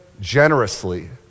generously